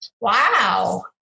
wow